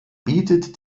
bietet